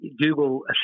Google